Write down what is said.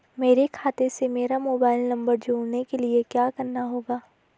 मेरे खाते से मेरा मोबाइल नम्बर जोड़ने के लिये क्या करना होगा?